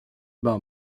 bars